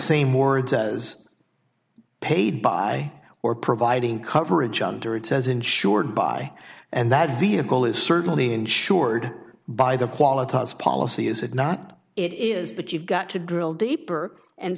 same word says paid by or providing coverage under it says insured by and that vehicle is certainly insured by the quality us policy is it not it is but you've got to drill deeper and